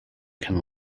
can